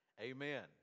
Amen